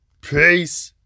Peace